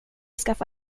skaffa